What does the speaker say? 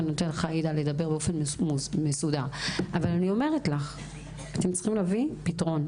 אני אומרת לך, אתם צריכים להביא פתרון.